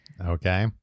Okay